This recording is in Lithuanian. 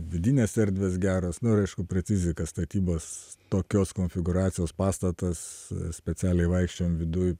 vidinės erdės geros nu ir aišku precizika statybas tokios konfigūracijos pastatas specialiai vaikščiojom viduj